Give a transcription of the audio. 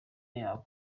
yabo